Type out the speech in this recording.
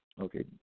Okay